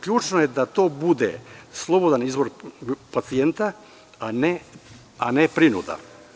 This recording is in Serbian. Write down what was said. Ključno je da to bude slobodan izbor pacijenta, a ne prinuda.